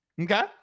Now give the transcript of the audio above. Okay